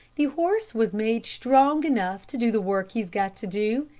the horse was made strong enough to do the work he's got to do,